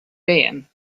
dan